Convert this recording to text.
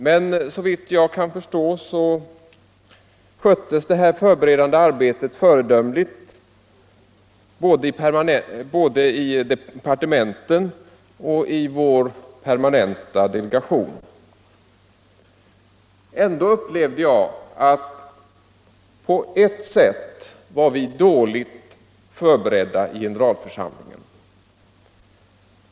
Men såvitt jag kan förstå sköttes det förberedande arbetet föredömligt både i departementen och i vår permanenta delegation. Ändå upplevde jag att vi på ett sätt var dåligt förberedda i generalförsamlingen.